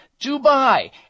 Dubai